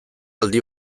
aldi